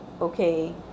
okay